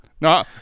no